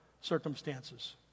circumstances